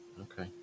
okay